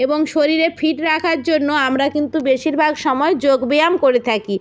এবং শরীর ফিট রাখার জন্য আমরা কিন্তু বেশিরভাগ সময় যোগব্যায়াম করে থাকি